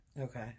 Okay